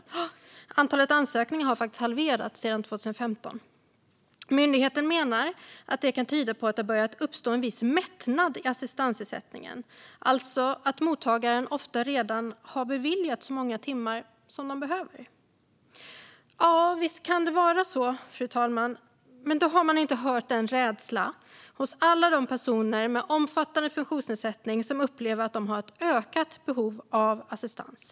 Ja, antalet ansökningar har faktiskt halverats sedan 2015. Myndigheten menar att det kan tyda på att det har börjat uppstå en viss mättnad i assistansersättningen, alltså att mottagarna ofta redan har beviljats så många timmar som de behöver. Visst kan det vara så, fru talman, men då har man inte hört rädslan hos alla de personer med omfattande funktionsnedsättning som upplever att de har ett ökat behov av assistans.